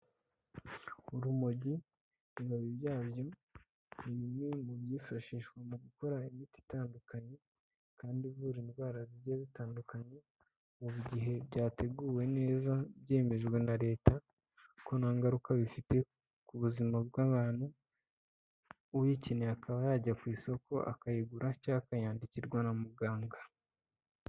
Urumogi ibibabi byabyo ni bimwe mu byifashishwa mu gukora imiti itandukanye, kandi ivura indwara zijya zitandukanye, mu gihe byateguwe neza byemejwe na leta ko nta ngaruka bifite ku buzima bw'abantu, uyikeneye akaba yajya ku isoko akayigura cyangwa akayandikirwa na muganga.